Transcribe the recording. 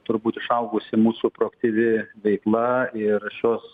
turbūt išaugusi mūsų proaktyvi veikla ir šios